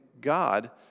God